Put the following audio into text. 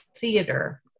theater